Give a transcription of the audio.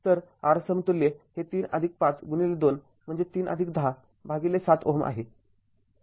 तर R समतुल्य हे ३५२ म्हणजे ३१० भागिले ७ Ω आहे